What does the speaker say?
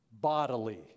bodily